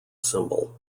symbol